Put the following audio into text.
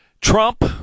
Trump